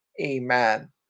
Amen